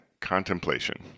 Contemplation